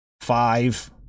five